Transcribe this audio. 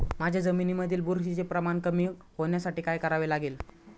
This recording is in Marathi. माझ्या जमिनीमधील बुरशीचे प्रमाण कमी होण्यासाठी काय करावे लागेल?